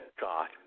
God